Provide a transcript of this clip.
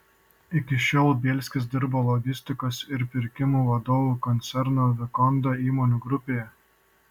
iki šiol bielskis dirbo logistikos ir pirkimų vadovu koncerno vikonda įmonių grupėje